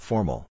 Formal